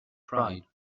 pride